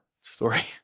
story